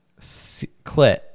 Clit